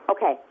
Okay